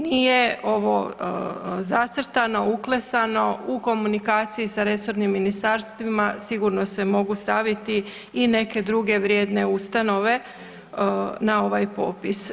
Nije ovo zacrtani, uklesano u komunikaciji sa resornim ministarstvima sigurno se mogu staviti i neke druge vrijedne ustanove na ovaj popis.